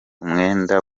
umwenda